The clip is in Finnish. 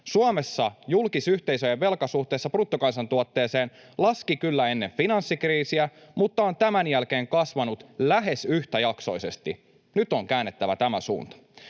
Suomessa julkisyhteisöjen velka suhteessa bruttokansantuotteeseen laski kyllä ennen finanssikriisiä, mutta on tämän jälkeen kasvanut lähes yhtäjaksoisesti. Nyt on käännettävä tämä suunta.